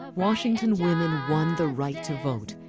washington women won the right to vote.